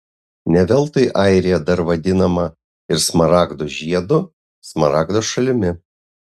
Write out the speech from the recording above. ne veltui airija dar vadinama ir smaragdo žiedu smaragdo šalimi